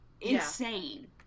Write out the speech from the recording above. insane